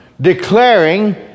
declaring